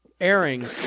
airing